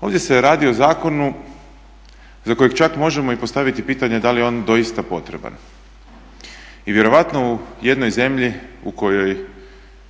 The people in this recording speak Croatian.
Ovdje se radi o zakonu za kojeg čak možemo postaviti pitanje da li je on doista potreban. I vjerojatno u jednoj zemlji u kojoj